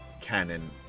canon